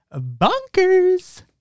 bunkers